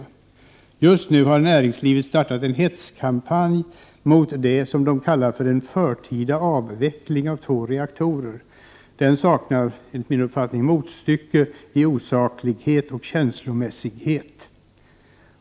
Näringslivet har just nu startat en hetskampanj mot det som det kallar en förtida avveckling av två reaktorer. Den kampanjen saknar, enligt min uppfattning, motstycke i osaklighet och känslomässighet.